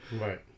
Right